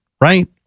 right